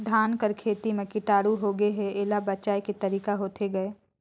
धान कर खेती म कीटाणु होगे हे एला बचाय के तरीका होथे गए?